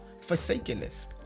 forsakenness